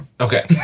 Okay